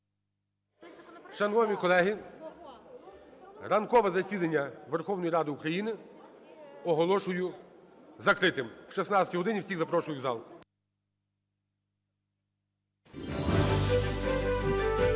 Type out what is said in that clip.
Шановні колеги, ранкове засідання Верховної Ради України оголошую закритим. О 16 години всіх запрошую в зал.